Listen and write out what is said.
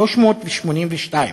382 מיליון,